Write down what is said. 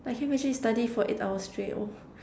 Like can you imagine you study for eight hours straight oh m~